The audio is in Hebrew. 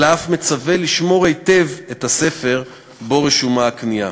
אלא אף מצווה לשמור היטב את הספר שבו רשומה הקנייה.